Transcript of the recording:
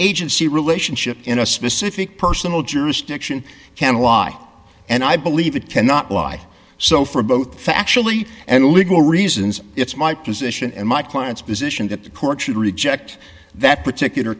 agency relationship in a specific personal jurisdiction can lie and i believe it cannot lie so for both factually and legal reasons it's my position and my client's position that the court should reject that particular